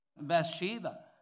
Bathsheba